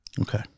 okay